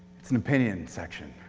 it's an opinion section.